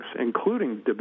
including